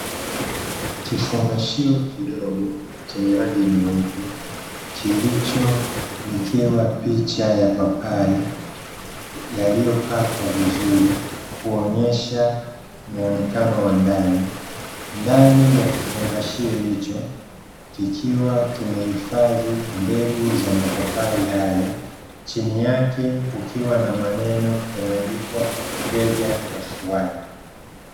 Kifungashio kidogo chenye rangi nyeupe, kilichowekewa picha ya papai yaliyokatwa vizuri kuonyesha muonekano wa ndani. Ndani ya kifungashio hicho kikiwa kimehifadhi mbegu za mapapai hayo, chini yake kukiwa na maneno yameandikwa Vega F1.